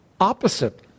opposite